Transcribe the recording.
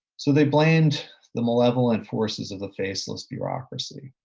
so they blamed the malevolent forces of the faceless bureaucracy.